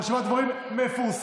רשימת הדוברים מפורסמת.